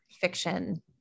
fiction